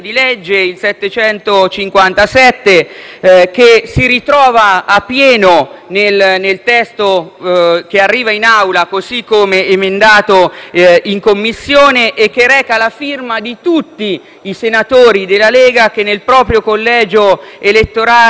che si ritrova a pieno nel testo che arriva in Aula, così come emendato in Commissione, e che reca la firma di tutti i senatori della Lega che nel proprio collegio elettorale annoverano isole